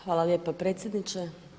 Hvala lijepo predsjedniče.